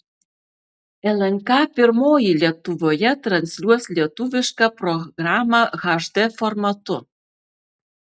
lnk pirmoji lietuvoje transliuos lietuvišką programą hd formatu